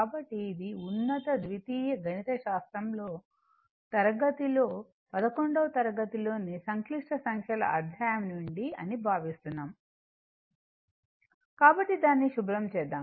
కాబట్టి ఇది ఉన్నత ద్వితీయ గణిత శాస్త్రం లో తరగతి 11 లోని సంక్లిష్ట సంఖ్యల అధ్యాయం నుండి అని భావిస్తున్నాము కాబట్టి దానిని శుభ్రం చేద్దాం